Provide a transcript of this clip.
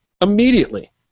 immediately